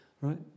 right